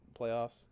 playoffs